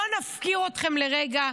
לא נפקיר אתכם לרגע,